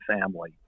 family